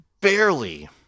barely